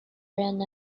ran